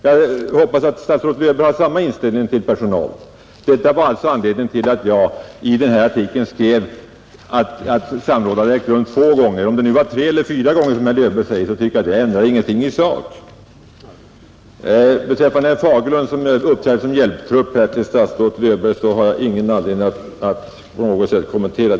Jag hoppas att statsrådet Löfberg har samma inställning till personalen, Detta var alltså anledningen till att jag i denna artikel skrev att samråd hade ägt rum två gånger. Om det var tre eller fyra gånger, som statsrådet Löfberg sade, tycker jag inte ändrar något i sak. Vad herr Fagerlund, som uppträdde som hjälptrupp till statsrådet Löfberg sade, har jag ingen anledning att på något sätt kommentera.